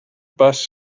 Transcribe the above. bus